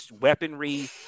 weaponry